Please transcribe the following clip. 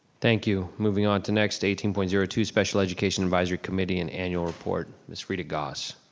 thank you, moving on to next eighteen point zero two, special education advisory committee and annual report, miss rita goss.